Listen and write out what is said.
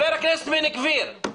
חבר הכנסת בן גביר, אימאן.